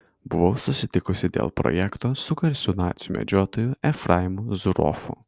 buvau susitikusi dėl projekto su garsiu nacių medžiotoju efraimu zuroffu